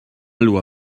loi